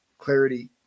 clarity